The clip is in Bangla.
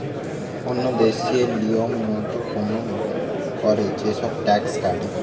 ওন্য দেশে লিয়ম মত কোরে যে সব ট্যাক্স কাটে